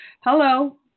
Hello